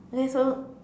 okay so